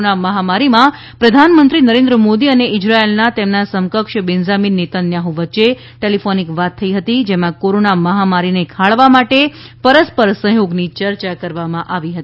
corona મહામારીમાં પ્રધાનમંત્રી નરેન્દ્ર મોદી અને ઈઝરાયેલના તેમના સમક્ષ બેન્જામીન નેતન્યાહ્ વચ્ચે ટેલિફોનિક વાત થઈ હતી જેમાં કોરોના મહામારીને ખાળવા માટે પરસ્પર સહયોગની ચર્ચા કરવામાં આવી હતી